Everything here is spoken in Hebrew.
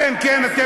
כן, כן.